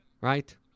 Right